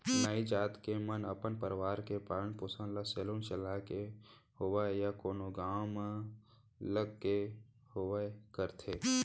नाई जात के मन अपन परवार के पालन पोसन ल सेलून चलाके होवय या कोनो गाँव म लग के होवय करथे